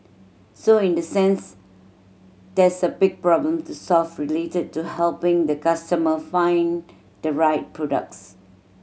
so in the sense there's a big problem to solve related to helping the customer find the right products